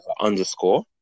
underscore